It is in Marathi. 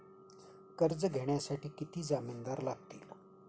कर्ज घेण्यासाठी किती जामिनदार लागतील?